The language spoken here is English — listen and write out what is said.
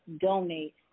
donate